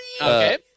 Okay